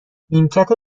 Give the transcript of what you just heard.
نیمکت